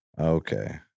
Okay